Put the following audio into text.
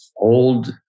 old